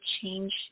change